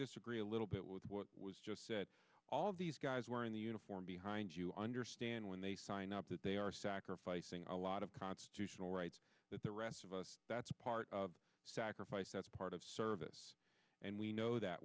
disagree a little bit with what was just said all of these guys wearing the uniform behind you understand when they sign up that they are sacrificing a lot of constitutional rights that the rest of us that's part of sacrifice that's part of service and we know that